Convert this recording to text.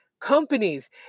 companies